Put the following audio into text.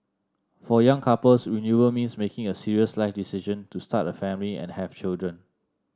for young couples renewal means making a serious life decision to start a family and have children